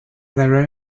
their